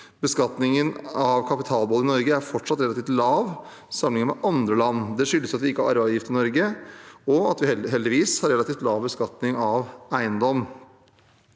Beskatningen av kapitalbeholdning i Norge er fortsatt relativt lav sammenliknet med andre land. Det skyldes at vi ikke har arveavgift i Norge, og at vi heldigvis har relativ lav beskatning av eiendom.